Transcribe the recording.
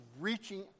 reaching